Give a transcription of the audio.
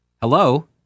Hello